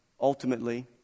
ultimately